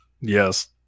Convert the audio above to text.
Yes